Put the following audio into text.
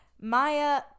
Maya